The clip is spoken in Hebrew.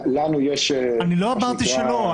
לא אמרתי שלא.